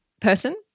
person